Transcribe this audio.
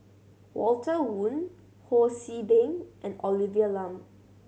Walter Woon Ho See Beng and Olivia Lum